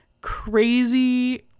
crazy